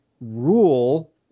rule